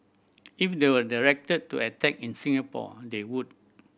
if they were directed to attack in Singapore they would